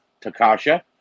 Takasha